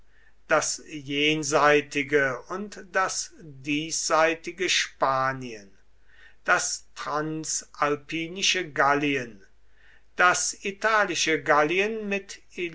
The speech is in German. das jenseitige und das diesseitige spanien das transalpinische gallien das italische gallien mit